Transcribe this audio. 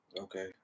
Okay